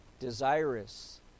Desirous